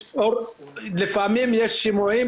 לפעמים יש שימועים,